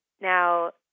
Now